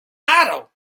otto